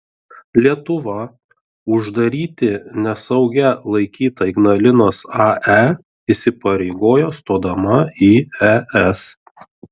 lietuva uždaryti nesaugia laikytą ignalinos ae įsipareigojo stodama į es